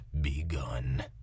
begun